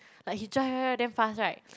like he drive drive drive damn fast right